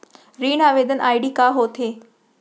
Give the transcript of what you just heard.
ऋण आवेदन आई.डी का होत हे?